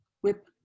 Whip